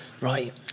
Right